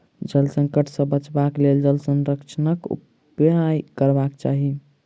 जल संकट सॅ बचबाक लेल जल संरक्षणक उपाय करबाक चाही